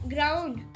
Ground